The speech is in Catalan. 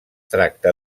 tracta